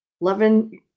loving